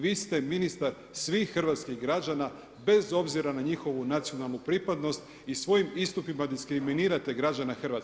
Vi ste ministar svih hrvatskih građana bez obzira na njihovu nacionalnu pripadnost i svojim istupima diskriminirate građane Hrvatske.